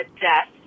death